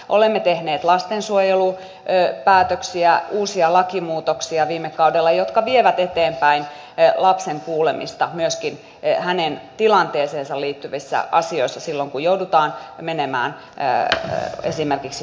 olemme tehneet lastensuojelupäätöksiä uusia lakimuutoksia viime kaudella jotka vievät eteenpäin lapsen kuulemista myöskin hänen tilanteeseensa liittyvissä asioissa silloin kun joudutaan menemään esimerkiksi huostaanottoon